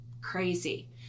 crazy